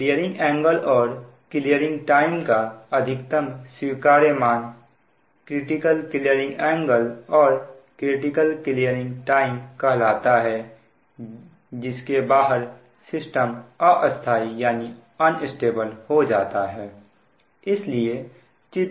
clearing angle और clearing time का अधिकतम स्वीकार्य मान क्रिटिकल क्लीयरिंग एंगल और क्रिटिकल क्लीयरिंग टाइम कहलाता है जिसके बाहर सिस्टम अस्थाई हो जाता है